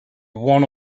one